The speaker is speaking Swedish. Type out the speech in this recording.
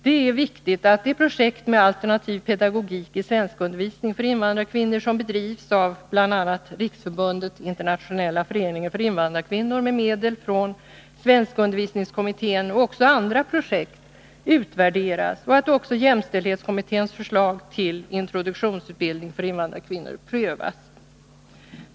Det är viktigt att projektet med alternativ pedagogik i svenskundervisning för invandrarkvinnor, som bedrivs av bl.a. Riksförbundet Internationella föreningen för invandrarkvinnor, med medel från svenskundervisningskommittén, och även andra projekt utvärderas samt att också jämställdhetskommitténs förslag till introduktionsutbildning för invandrarkvinnor prövas.